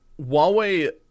Huawei